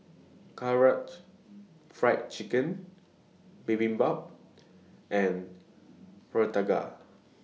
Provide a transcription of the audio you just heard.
Karaage Fried Chicken Bibimbap and Fritada